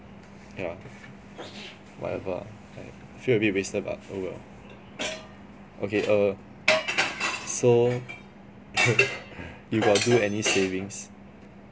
yeah whatever lah feel a bit of wasted but oh well okay err so you got do any savings